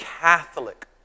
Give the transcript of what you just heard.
Catholic